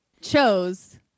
chose